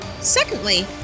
Secondly